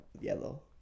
yellow